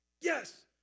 Yes